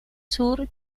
sur